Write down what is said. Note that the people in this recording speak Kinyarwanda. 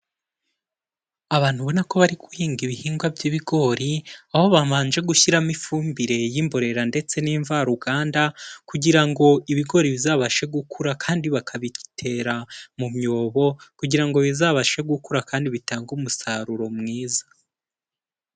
Abantu ubona ko bari guhinga ibihingwa by'ibigori, aho babanje gushyiramo ifumbire y'imborera ndetse n'imvaruganda kugira ngo ibigori bizabashe gukura kandi bakabitera mu myobo kugira ngo bizabashe gukura kandi bitange umusaruro mwiza.